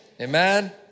Amen